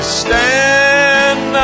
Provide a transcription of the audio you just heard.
stand